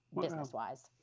business-wise